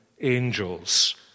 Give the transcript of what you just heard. angels